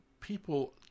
people